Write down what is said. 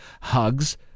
hugs